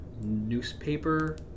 newspaper